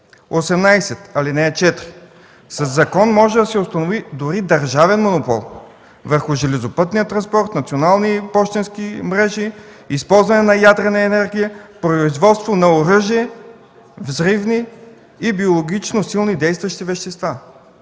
18, ал. 4: със закон може да се установи дори държавен монопол върху железопътния транспорт, национални пощенски мрежи, използване на ядрена енергия, производство на оръжие, взривни и биологично силно действащи вещества.